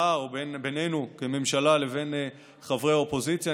או בינינו כממשלה לבין חברי האופוזיציה,